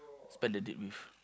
spend the date with